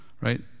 right